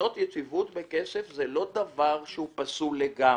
קנייה של יציבות בכסף זה לא דבר שהוא פסול לגמרי.